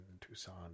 Tucson